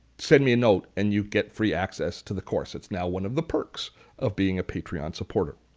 send me a note and you get free access to the course. it's now one of the perks of being a patreon supporting.